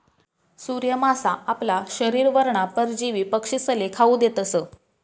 सूर्य मासा आपला शरीरवरना परजीवी पक्षीस्ले खावू देतस